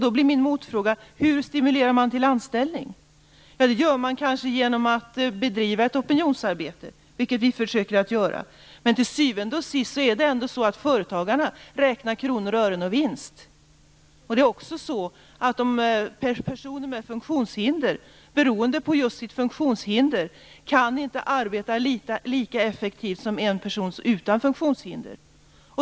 Då blir min motfråga: Hur stimulerar man till anställning? Kanske genom att bedriva ett opinionsarbete, vilket vi försöker att göra. Men till syvende och sist räknar ändå företagarna kronor, ören och vinst. Personer med funktionshinder, beroende just på sitt funktionshinder, kan inte arbeta lika effektivt som en person som inte har något funktionshinder.